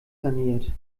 saniert